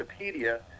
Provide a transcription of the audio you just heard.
Wikipedia